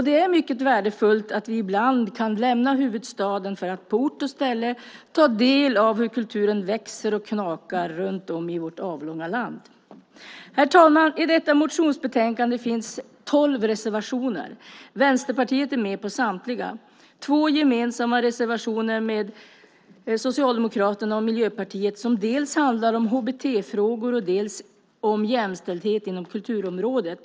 Det är mycket värdefullt att vi ibland kan lämna huvudstaden för att på ort och ställe ta del av hur kulturen växer och knakar runt om i vårt avlånga land. Herr talman! I detta motionsbetänkande finns tolv reservationer. Vänsterpartiet är med på samtliga. Vi har två gemensamma reservationer med Socialdemokraterna och Miljöpartiet som dels handlar om HBT-frågor, dels om jämställdhet inom kulturområdet.